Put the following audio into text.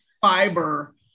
fiber